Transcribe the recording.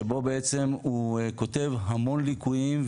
שבו בעצם הוא כותב המון ליקויים,